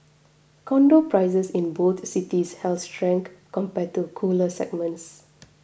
condo prices in both cities held strength compared to cooler segments